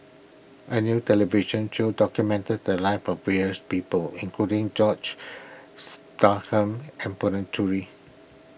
a new television show documented the lives of various people including George Starham and Puthucheary